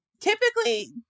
Typically